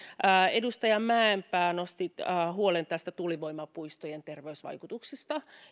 edustaja mäenpää nostit huolen tuulivoimapuistojen terveysvaikutuksista